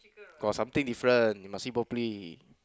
got something different you must see properly